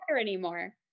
anymore